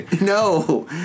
no